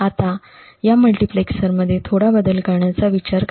आता या मल्टीप्लेक्सरमध्ये थोडा बदल करण्याचा विचार करा